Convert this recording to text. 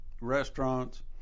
restaurants